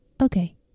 Okay